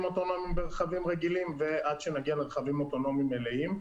אוטונומיים ברכבים רגילים ועד שנגיע לרכבים אוטונומיים מלאים.